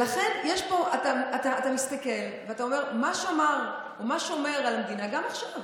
אתה מסתכל ואתה אומר: מה שמר ומה שומר על המדינה גם עכשיו?